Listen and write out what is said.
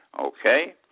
okay